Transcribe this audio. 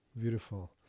beautiful